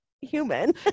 human